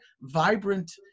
vibrant